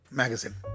magazine